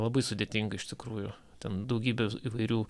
labai sudėtinga iš tikrųjų ten daugybė įvairių